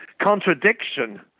contradiction